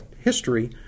history